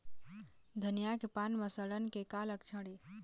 धनिया के पान म सड़न के का लक्षण ये?